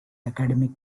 academic